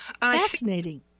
fascinating